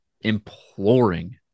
imploring